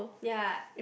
ya